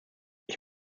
ich